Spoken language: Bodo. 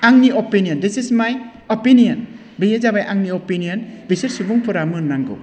आंनि opinion this is my opinion बेयो जाबाय आंनि अपिनियन बिसोर सुबुंफोरा मोन्नांगौ